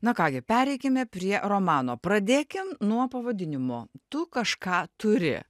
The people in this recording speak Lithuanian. na ką gi pereikime prie romano pradėkim nuo pavadinimo tu kažką turi